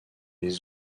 les